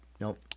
Nope